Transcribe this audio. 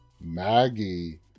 Maggie